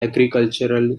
agricultural